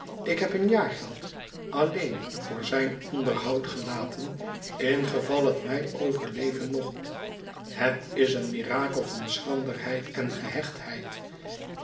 ik heb een jaargeld alleen voor zijn onderhoud gelaten in geval het mij overleven mocht het is een mirakel van schranderheid en gehechtheid